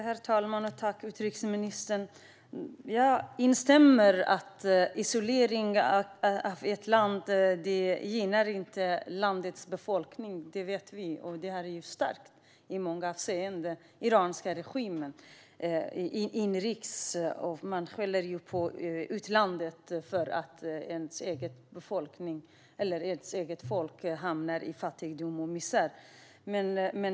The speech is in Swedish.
Herr talman! Tack, utrikesministern! Jag instämmer i att isolering av ett land inte gynnar landets befolkning. Detta vet vi, och det styrks i många avseenden av att den iranska regimen inrikes skyller på utlandet när det egna folket hamnar i fattigdom och misär.